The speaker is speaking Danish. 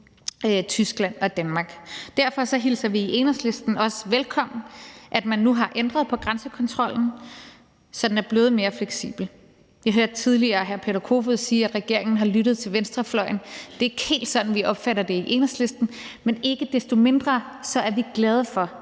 Tyskland og Danmark. Derfor hilser vi i Enhedslisten også velkommen, at man nu har ændret på grænsekontrollen, så den er blevet mere fleksibel. Vi hørte tidligere hr. Peter Kofod sige, at regeringen har lyttet til venstrefløjen. Det er ikke helt sådan, vi opfatter det i Enhedslisten, men ikke desto mindre er vi glade for, at man har lavet den her